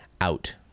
out